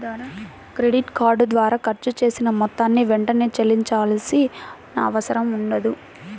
credit card ద్వారా ఖర్చు చేసిన మొత్తాన్ని వెంటనే చెల్లించాల్సిన అవసరం ఉండదు